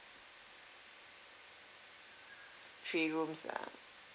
three rooms ah